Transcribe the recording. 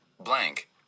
blank